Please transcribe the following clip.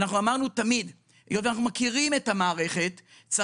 היות שאנחנו מכירים את המערכת אנחנו